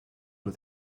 het